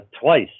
twice